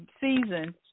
season